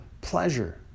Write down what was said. pleasure